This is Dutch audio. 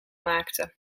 maakte